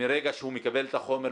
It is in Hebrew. מרגע שהוא מקבל את החומר,